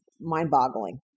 mind-boggling